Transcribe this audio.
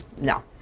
no